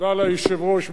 תודה ליושב-ראש.